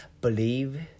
believe